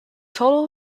total